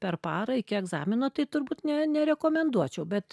per parą iki egzamino tai turbūt ne nerekomenduočiau bet